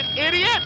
idiot